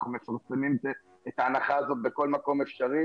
אנחנו מפרסמים את ההנחה הזאת בכל מקום אפשרי